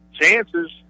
chances